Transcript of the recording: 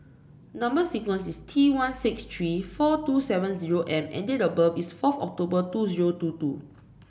number sequence is T one six three four two seven zero M and date of birth is four October two zero two two